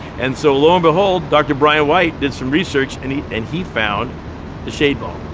and so low and behold, dr. bryan white, did some research and he and he found the shade ball.